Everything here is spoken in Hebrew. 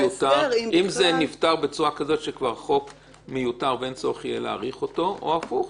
אם זה נפתר בצורה כזאת שהחוק מיותר ואין צורך להאריך אותו או הפוך,